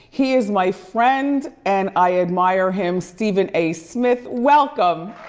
he is my friend and i admire him, stephen a smith welcome.